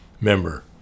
member